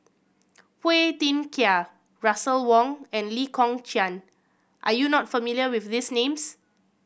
Phua Thin Kiay Russel Wong and Lee Kong Chian are you not familiar with these names